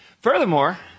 Furthermore